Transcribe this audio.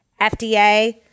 FDA-